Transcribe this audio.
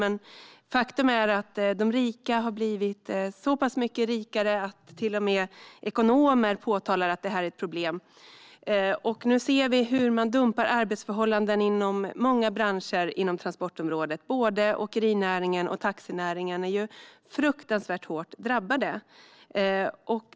Faktum är dock att de rika har blivit så pass mycket rikare att till och med ekonomer påtalar att detta är ett problem. Nu ser vi hur man dumpar arbetsförhållanden inom många branscher på transportområdet; både åkerinäringen och taxinäringen är fruktansvärt hårt drabbade.